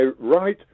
right